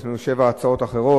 יש לנו שבע הצעות אחרות.